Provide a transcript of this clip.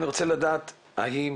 שאלה שנייה, אני רוצה לדעת האם